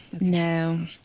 no